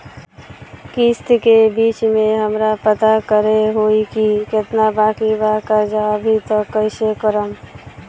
किश्त के बीच मे हमरा पता करे होई की केतना बाकी बा कर्जा अभी त कइसे करम?